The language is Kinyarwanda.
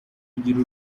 kugira